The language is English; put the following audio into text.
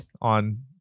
on